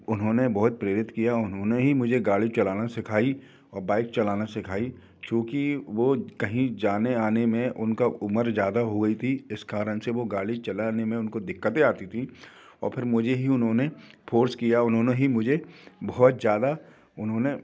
उन्होंने बहुत प्रेरित किया उन्होंने ही मुझे गाड़ी चलाना सिखाई औ बाइक चलाना सिखाई चूँकि वो कहीं जाने आने में उनका उमर ज़्यादा हो गई थी इस कारण से वो गाड़ी चलाने में उनको दिक्कतें आती थी और फिर मुझे ही उन्होंने फोर्स किया उन्होंने ही मुझे बहुत ज़्यादा उन्होंने